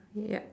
yup